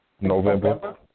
November